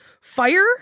fire